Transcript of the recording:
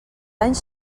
anys